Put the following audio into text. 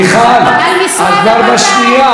מיכל, את כבר בשנייה.